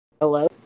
Hello